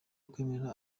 kwemerera